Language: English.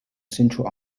central